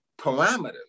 parameters